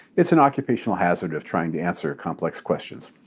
it's an occupational hazard of trying to answer complex questions.